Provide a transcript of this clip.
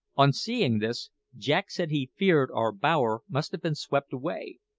on seeing this, jack said he feared our bower must have been swept away,